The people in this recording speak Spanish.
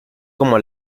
como